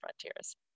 Frontiers